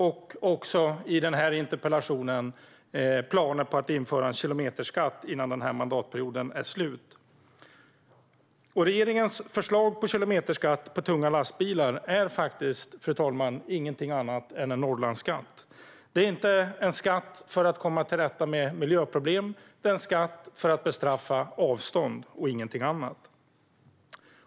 I den här interpellationsdebatten handlar det om planer på att införa en kilometerskatt innan den här mandatperioden är slut. Regeringens förslag om kilometerskatt på tunga lastbilar är faktiskt, fru talman, ingenting annat än en Norrlandsskatt. Det är inte en skatt för att komma till rätta med miljöproblem. Det är en skatt för att bestraffa avstånd, ingenting annat.